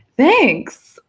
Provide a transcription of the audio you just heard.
thanks.